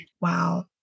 Wow